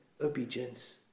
obedience